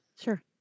Sure